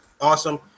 Awesome